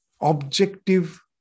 objective